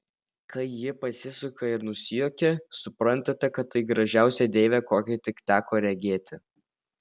kai ji pasisuka ir nusijuokia suprantate kad tai gražiausia deivė kokią tik teko regėti